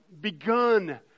begun